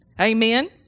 Amen